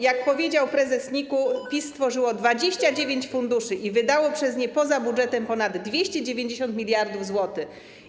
Jak powiedział prezes NIK-u, PiS stworzyło 29 funduszy i wydało przez nie poza budżetem ponad 290 mld zł.